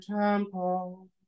temple